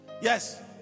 Yes